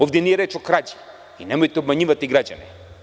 Ovde nije reč o krađi i nemojte obmanjivati građane.